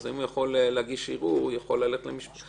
אז אם הוא יכול להגיש ערעור הוא יכול ללכת למשפט.